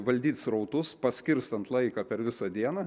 valdyt srautus paskirstant laiką per visą dieną